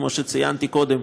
כמו שציינתי קודם,